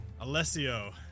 Alessio